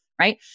Right